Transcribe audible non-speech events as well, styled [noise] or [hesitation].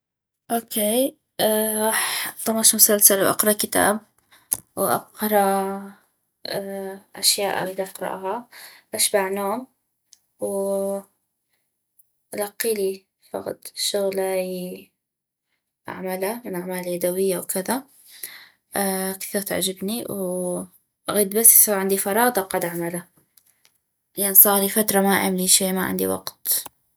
اوكي غاح اطمش مسلسل واقرا كتاب واقرا اشياء اغيد اقراها اشبع نوم والقيلي فغد شغلاي اعملا من اعمال يدوية و كذا [hesitation] كثيغ تعجبني واغيد بس يصيغ عندي فراغ دقعد اعملا لان صاغلي فترة ما عيملي شي ما عندي وقت